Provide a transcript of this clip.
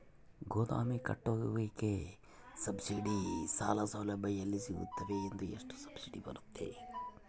ಗೋದಾಮು ಕಟ್ಟೋಕೆ ಸಬ್ಸಿಡಿ ಸಾಲ ಸೌಲಭ್ಯ ಎಲ್ಲಿ ಸಿಗುತ್ತವೆ ಮತ್ತು ಎಷ್ಟು ಸಬ್ಸಿಡಿ ಬರುತ್ತೆ?